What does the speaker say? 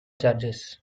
charges